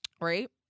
right